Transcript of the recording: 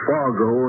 Fargo